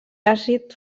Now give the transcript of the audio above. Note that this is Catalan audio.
àcid